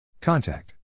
Contact